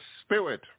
Spirit